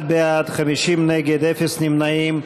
61 בעד, 50 נגד, ואפס נמנעים.